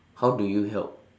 how do you help